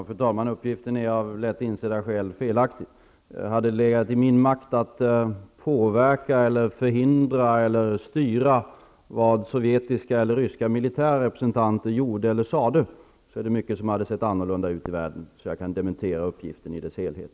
Fru talman! Uppgiften är av lätt insedda skäl felaktig. Om det hade legat i min makt att påverka, förhindra eller styra vad sovjetiska eller ryska militära representanter gjorde eller sade, är det mycket som hade sett annorlunda ut i världen. Jag kan alltså dementera uppgiften i dess helhet.